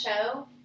show